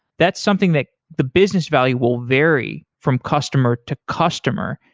that's something that the business value will vary from customer to customer.